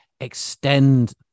extend